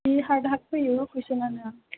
जि hard hard फैयो कुइस'नआनो